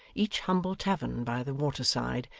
each humble tavern by the water-side,